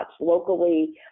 locally